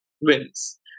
wins